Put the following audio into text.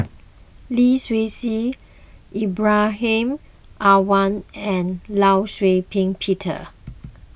Lee Seow Ser Ibrahim Awang and Law Shau Ping Peter